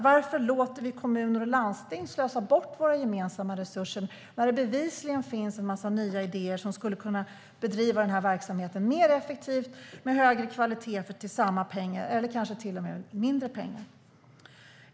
Varför låter vi kommuner och landsting slösa bort våra gemensamma resurser när det bevisligen finns en massa nya idéer för att kunna bedriva verksamheten mer effektivt med högre kvalitet till samma pengar eller kanske till och med mindre pengar?